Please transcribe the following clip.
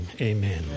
Amen